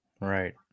Right